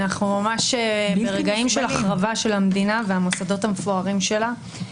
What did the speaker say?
אנחנו ממש ברגעים של החרבה של המדינה והמוסדות המפוארים שלה.